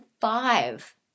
five